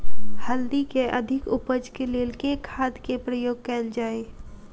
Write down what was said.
हल्दी केँ अधिक उपज केँ लेल केँ खाद केँ प्रयोग कैल जाय?